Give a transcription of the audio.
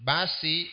Basi